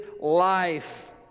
life